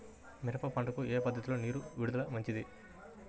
మిరప పంటకు ఏ పద్ధతిలో నీరు విడుదల మంచిది?